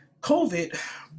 COVID